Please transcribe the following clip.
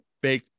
big